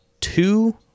two